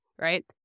right